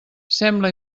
sembla